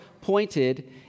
pointed